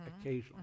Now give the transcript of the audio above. occasionally